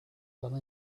fell